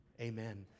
Amen